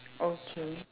okay